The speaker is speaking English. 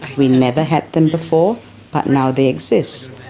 we never had them before but now they exist.